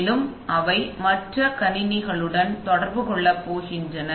மேலும் அவை மற்ற கணினிகளுடன் தொடர்பு கொள்ளப் போகின்றன